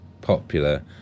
popular